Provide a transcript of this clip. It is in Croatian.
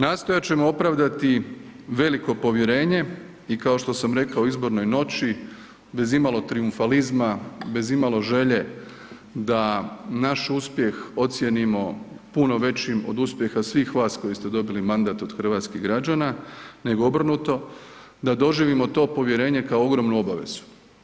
Nastojat ćemo opravdati veliko povjerenje i kao što sam rekao u izbornoj noći, bez imalo trijumfalizma, bez imalo želje da naš uspjeh ocijenimo puno većim od uspjeha svih vas koji ste dobili mandat od hrvatskih građana, nego obrnuto, da doživimo to povjerenje kao ogromnu obavezu.